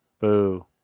Boo